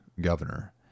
governor